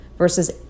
Versus